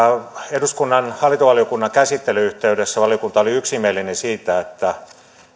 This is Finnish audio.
eduskunnan hallintovaliokunnan käsittelyn yhteydessä valiokunta oli yksimielinen siitä että